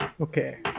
Okay